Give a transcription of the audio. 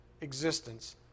existence